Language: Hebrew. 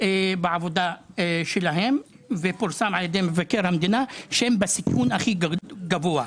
בעבודה שלהם ושפורסם על ידי מבקר המדינה שהם בסיכון הכי גבוה.